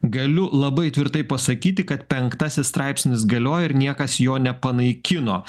galiu labai tvirtai pasakyti kad penktasis straipsnis galioja ir niekas jo nepanaikino